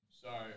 Sorry